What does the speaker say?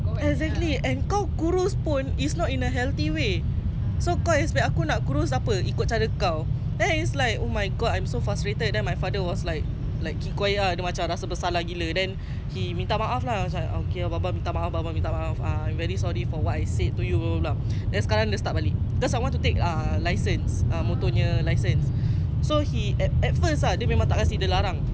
like keep quiet ah dia macam serba salah gila then he minta maaf lah it's like bapa minta maaf ah I'm very sorry for what I said to you then sekarang dia start balik cause I want to take err license uh motor punya license so he at first ah dia memang tak kasi dia larang dia larang gila babi then I ask from my mum my mum kasi then I told my dad lah like asal mama boleh kasi bapa tak boleh kasi then he